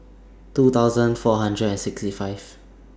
two thousand four hundred and sixty five